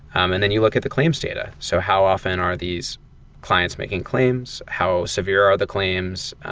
um and then you look at the claims data. so how often are these clients making claims? how severe are the claims?